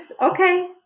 okay